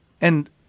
And-